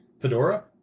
fedora